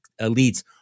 elites